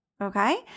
Okay